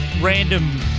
random